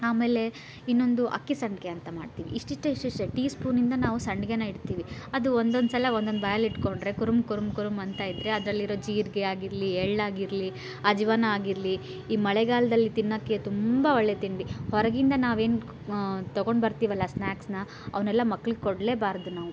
ಆಮೇಲೆ ಇನ್ನೊಂದು ಅಕ್ಕಿ ಸಂಡಿಗೆ ಅಂತ ಮಾಡ್ತೀವಿ ಇಷ್ಟಿಷ್ಟೇ ಇಷ್ಟಿಷ್ಟೇ ಟಿ ಸ್ಪೂನಿಂದ ನಾವು ಸಂಡಿಗೇನ ಇಡ್ತೀವಿ ಅದು ಒಂದೊಂದುಸಲ ಒಂದೊಂದು ಬಾಯಲ್ಲಿ ಇಟ್ಕೊಂಡರೆ ಕುರುಮ್ ಕುರುಮ್ ಕುರುಮ್ ಅಂತ ಇದ್ದರೆ ಅದರಲ್ಲಿರೋ ಜೀರಿಗೆ ಆಗಿರಲಿ ಎಳ್ಳು ಆಗಿರಲಿ ಅಜ್ವಾನ ಆಗಿರಲಿ ಈ ಮಳೆಗಾಲದಲ್ಲಿ ತಿನ್ನೋಕ್ಕೆ ತುಂಬ ಒಳ್ಳೆಯ ತಿಂಡಿ ಹೊರಗಿಂದ ನಾವೇನು ತೊಗೊಂಡು ಬರ್ತೀವಲ್ಲ ಸ್ನಾಕ್ಸನ್ನ ಅವನ್ನೆಲ್ಲ ಮಕ್ಳಿಗೆ ಕೊಡಲೇಬಾರ್ದು ನಾವು